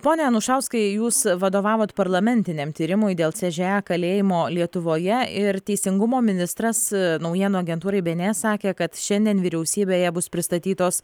pone anušauskai jūs vadovavot parlamentiniam tyrimui dėl c ž a kalėjimo lietuvoje ir teisingumo ministras naujienų agentūrai be en es sakė kad šiandien vyriausybėje bus pristatytos